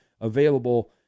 available